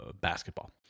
basketball